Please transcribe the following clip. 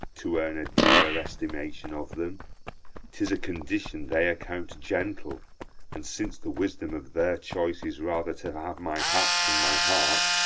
to earn a dearer estimation of them tis a condition they account gentle and since the wisdom of their choice is rather to have my hat than my heart,